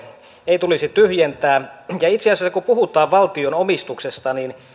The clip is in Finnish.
ei tulisi tyhjentää itse asiassa kun puhutaan valtion omistuksesta niin